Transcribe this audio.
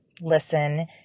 listen